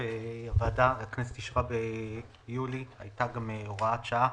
שהוועדה והכנסת אישרו ביולי הייתה גם הוראת שעה